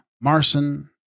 Marson